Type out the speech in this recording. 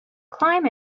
climb